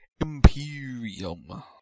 Imperium